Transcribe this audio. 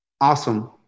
awesome